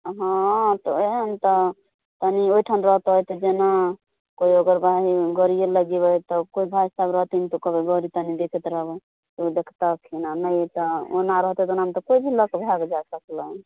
हँ तऽ ओहए ने तऽ तनी ओहिठाम रहतै तऽ जेना कोइ ओगरबाही गड़ीये लगेबै तऽ कोइ भाइसब रहथिन तऽ कहबै गड़ी तनी देखैत रहबै नहि तऽ ओना रहतै तऽ कोइ भी लए कऽ भागि जाए सकलन